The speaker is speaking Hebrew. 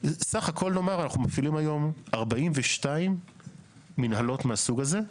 סך הכול אנחנו מפעילים היום 42 מינהלות מהסוג הזה.